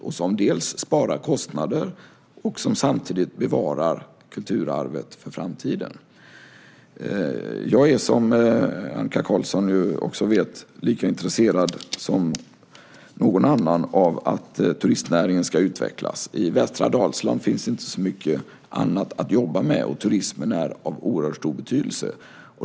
Det sparar både kostnader och bevarar samtidigt kulturarvet för framtiden. Jag är som Annika Qarlsson också vet lika intresserad som någon annan av att turistnäringen ska utvecklas. I västra Dalsland finns inte så mycket annat att jobba med, och turismen är av oerhört stor betydelse.